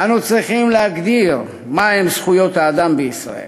אנו צריכים להגדיר את זכויות האדם בישראל.